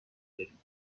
یابیم